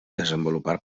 desenvolupar